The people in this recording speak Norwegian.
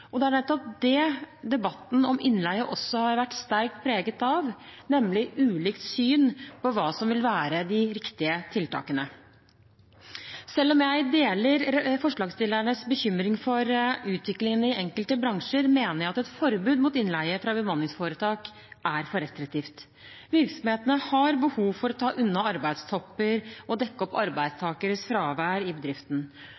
og det er nettopp det debatten om innleie også har vært sterkt preget av, nemlig ulikt syn på hva som vil være de riktige tiltakene. Selv om jeg deler forslagsstillernes bekymring for utviklingen i enkelte bransjer, mener jeg at et forbud mot innleie fra bemanningsforetak er for restriktivt. Virksomhetene har behov for å ta unna arbeidstopper og dekke opp